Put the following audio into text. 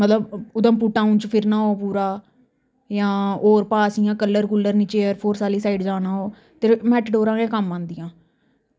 मतलब उधमपुर टाउन च फिरना हो पूरा यां और पास इंया कलर कूलर निचे एयर फोर्स आह्ली साइड जाना हो ते मेटाडोरां गै कम्म आंदियां